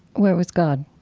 where was god?